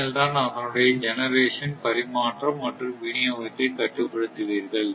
நீங்கள் தான் அதனுடைய ஜெனரேஷன் பரிமாற்றம் மற்றும் விநியோகத்தை கட்டுப்படுத்துவீர்கள்